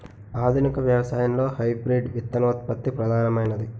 ఆధునిక వ్యవసాయంలో హైబ్రిడ్ విత్తనోత్పత్తి ప్రధానమైనది